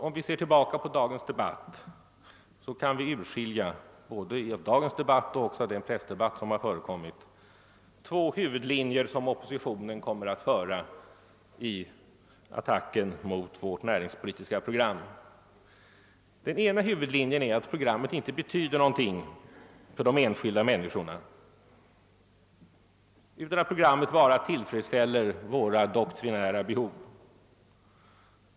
Om vi ser tillbaka på dagens debatt — och även på den pressdebatt som har förekommit — kan vi urskilja två huvudlinjer som oppositionen kommer att följa i attacken mot vårt näringspolitiska program. Den ena huvudlinjen är att programmet inte betyder någonting för de enskilda människorna, utan att det bara tillfredsställer våra doktrinära behov.